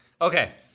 okay